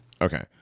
Okay